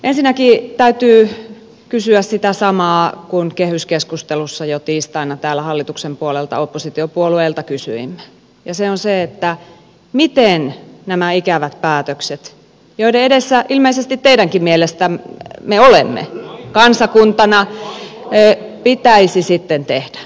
ensinnäkin täytyy kysyä sitä samaa kuin kehyskeskustelussa jo tiistaina täällä hallituksen puolelta oppositiopuolueilta kysyimme ja se on se miten nämä ikävät päätökset joiden edessä ilmeisesti teidänkin mielestänne me olemme kansakuntana pitäisi sitten tehdä